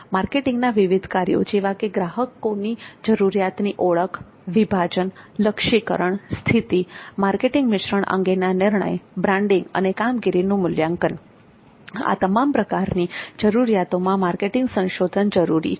માર્કેટિંગના વિવિધ કાર્યો જેવા કે ગ્રાહકની જરૂરિયાતની ઓળખ વિભાજન લક્ષ્યીકરણ સ્થિતિ માર્કેટિંગ મિશ્રણ અંગેના નિર્ણય બ્રાન્ડિંગ અને કામગીરીનું મૂલ્યાંકન આ તમામ પ્રકારની જરૂરિયાતોમાં માર્કેટિંગ સંશોધન જરૂરી છે